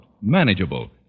manageable